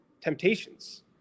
temptations